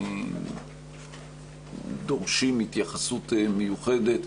דורשים התייחסות מיוחדת,